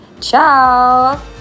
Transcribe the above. ciao